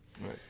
Right